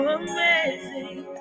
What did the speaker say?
amazing